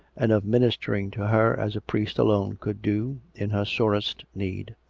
and of ministering to her as a priest alone could do, in her sorest need.